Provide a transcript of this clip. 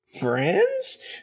friends